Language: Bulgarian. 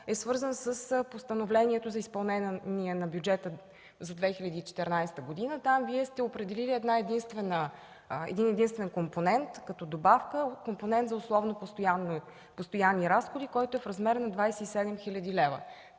е свързан с постановлението за изпълнение на бюджета за 2014 г. Там Вие сте определили един-единствен компонент като добавка – компонент за условно постоянни разходи, който е в размер на 27 хил. лв.